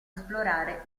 esplorare